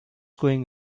going